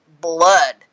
blood